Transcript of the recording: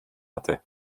hatte